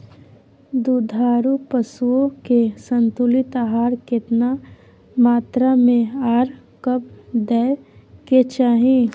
दुधारू पशुओं के संतुलित आहार केतना मात्रा में आर कब दैय के चाही?